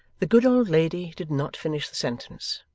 the good old lady did not finish the sentence,